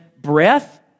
breath